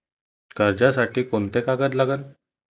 कर्जसाठी कोंते कागद लागन?